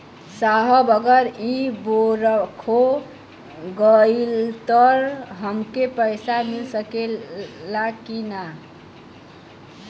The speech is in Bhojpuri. साहब अगर इ बोडखो गईलतऽ हमके पैसा मिल सकेला की ना?